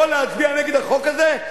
יכול להצביע נגד החוק הזה?